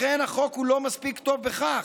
לכן החוק הוא לא מספיק טוב בכך.